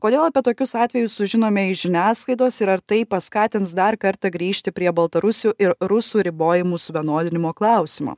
kodėl apie tokius atvejus sužinome iš žiniasklaidos ir ar tai paskatins dar kartą grįžti prie baltarusių ir rusų ribojimų suvienodinimo klausimo